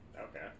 Okay